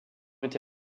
été